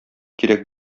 кирәк